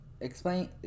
explain